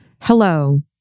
Hello